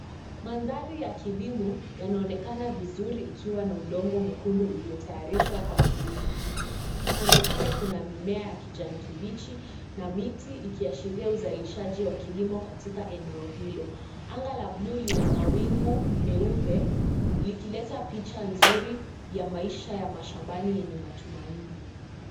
Mandhari ya kilimo yanaonekana vizuri ikiwa na udongo mwekundu uliyotayarishwa kwa kilimo. Pande pande kuna mimea ya kijani kibichi na miti ikiashiria uzalishaji wa kilimo katika eneo hilo. Anga la buluu lina mawingu meupe likileta picha nzuri ya maisha ya mashambani yenye matumaini.